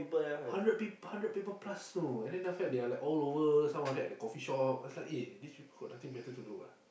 hundred peop~ hundred people plus know and then the fact they are all over some of them at the coffeeshop I was like eh these people got nothing better to do ah